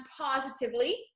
positively